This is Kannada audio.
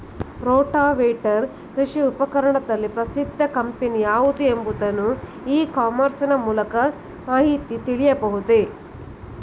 ರೋಟಾವೇಟರ್ ಕೃಷಿ ಉಪಕರಣದಲ್ಲಿ ಪ್ರಸಿದ್ದ ಕಂಪನಿ ಯಾವುದು ಎಂಬುದನ್ನು ಇ ಕಾಮರ್ಸ್ ನ ಮೂಲಕ ಮಾಹಿತಿ ತಿಳಿಯಬಹುದೇ?